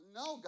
no